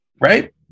right